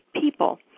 people